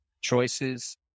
choices